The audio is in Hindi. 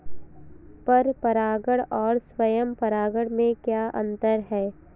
पर परागण और स्वयं परागण में क्या अंतर है?